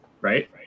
right